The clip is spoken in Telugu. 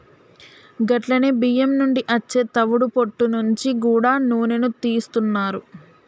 గట్లనే బియ్యం నుండి అచ్చే తవుడు పొట్టు నుంచి గూడా నూనెను తీస్తున్నారు